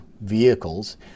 vehicles